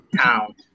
Town